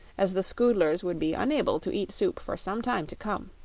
as the scoodlers would be unable to eat soup for some time to come.